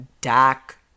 Dak